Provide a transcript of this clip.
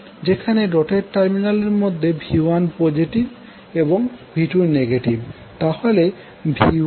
যেখানে ডটেড টার্মিনালের মধ্যে V1 পজেটিভ এবং V2 নেগেটিভ